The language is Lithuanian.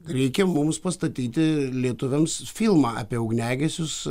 reikia mums pastatyti lietuviams filmą apie ugniagesius